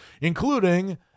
including